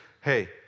hey